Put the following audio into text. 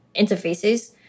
interfaces